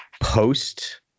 post